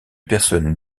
personne